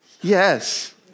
Yes